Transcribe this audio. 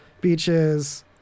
beaches